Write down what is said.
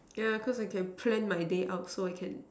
yeah because I can plan my day out so I can